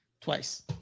twice